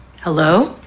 Hello